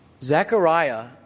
Zechariah